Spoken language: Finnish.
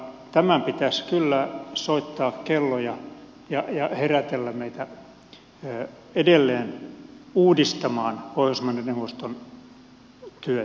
tämän pitäisi kyllä soittaa kelloja ja herätellä meitä edelleen uudistamaan pohjoismaiden neuvoston työtä